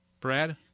brad